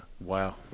Wow